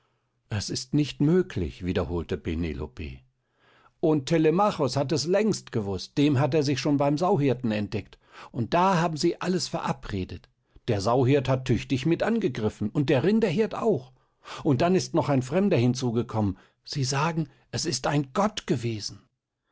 es ist nicht möglich wiederholte penelope und telemachos hat es längst gewußt dem hat er sich schon beim sauhirten entdeckt und da haben sie alles verabredet der sauhirt hat tüchtig mit angegriffen und der rinderhirt auch und dann ist noch ein fremder hinzugekommen sie sagen es sei ein gott gewesen